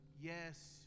Yes